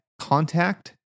contact